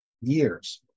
years